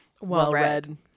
well-read